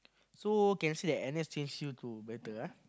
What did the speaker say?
so can see that N_S change to better ah